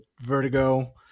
vertigo